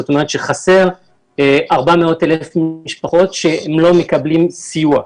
זאת אומרת, חסרות 400,000 משפחות שלא מקבלות סיוע.